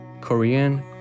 Korean